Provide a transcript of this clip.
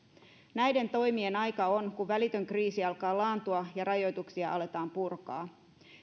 näiden toimien aika on kun välitön kriisi alkaa laantua ja rajoituksia aletaan purkaa